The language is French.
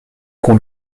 qu’on